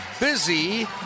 busy